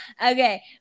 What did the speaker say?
Okay